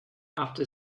after